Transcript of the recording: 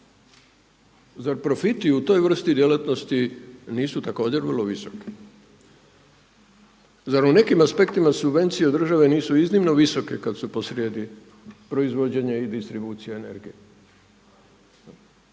Zar profiti u toj vrsti djelatnosti nisu također vrlo visoki? Zar u nekim aspektima subvencije od države nisu iznimno visoke kada su po srijedi proizvođenje i distribucija energije?